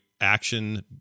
action